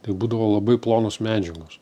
tai būdavo labai plonos medžiagos